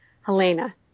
Helena